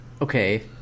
okay